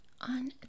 on